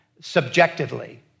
subjectively